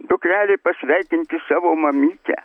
dukrelė pasveikinti savo mamytę